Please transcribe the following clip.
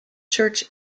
church